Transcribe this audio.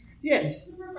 Yes